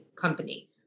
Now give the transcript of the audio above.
company